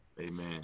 Amen